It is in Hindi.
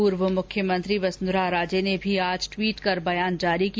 पूर्व मुख्यमंत्री वसुंधरा राजे ने भी आज ट्वीट कर बयान जारी किया